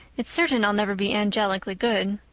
it's certain i'll never be angelically good.